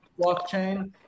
blockchain